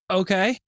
okay